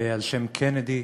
על-שם קנדי,